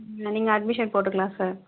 நீங்கள் அட்மிஷன் போட்டுக்கலாம் சார்